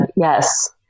Yes